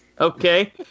okay